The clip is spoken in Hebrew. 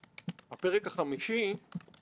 אז אנחנו צריכים את השקיפות הזו,